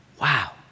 Wow